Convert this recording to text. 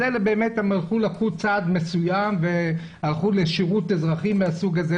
אז אלה באמת הלכו צעד מצוין והלכו לשירות אזרחי מהסוג הזה.